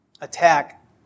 attack